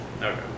Okay